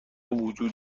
وجود